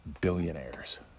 billionaires